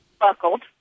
buckled